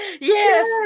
yes